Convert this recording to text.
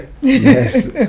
yes